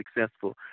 successful